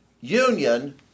Union